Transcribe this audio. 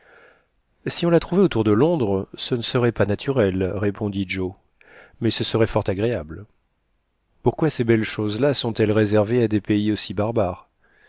si on la trouvait autour de londres ce ne serait pas naturel répondit joe mais ce serait fort agréable pourquoi ces belles choses-là sont elle réservées à des pays aussi barbares